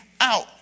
out